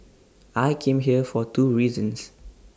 I came here for two reasons